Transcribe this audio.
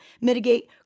mitigate